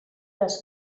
les